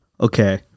Okay